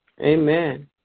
Amen